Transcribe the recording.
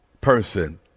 person